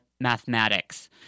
mathematics